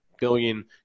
billion